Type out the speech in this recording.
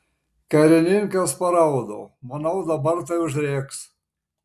karininkas paraudo manau dabar tai užrėks